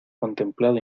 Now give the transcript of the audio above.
contemplado